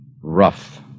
Rough